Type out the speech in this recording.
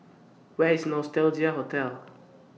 Where IS Nostalgia Hotel